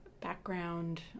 background